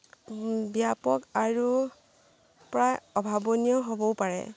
ব্য়াপক আৰু প্ৰায় অভাৱনীয় হ'বও পাৰে